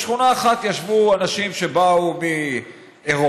בשכונה אחת ישבו אנשים שבאו מאירופה